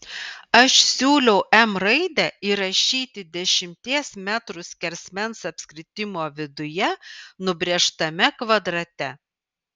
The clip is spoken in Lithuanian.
aš siūliau m raidę įrašyti dešimties metrų skersmens apskritimo viduje nubrėžtame kvadrate